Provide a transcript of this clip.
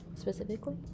specifically